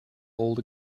old